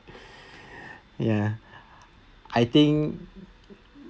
ya I think